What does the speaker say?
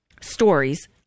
stories